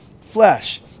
flesh